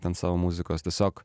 ten savo muzikos tiesiog